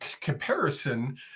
comparison